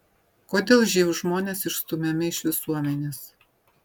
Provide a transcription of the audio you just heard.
kodėl živ žmonės išstumiami iš visuomenės